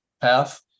path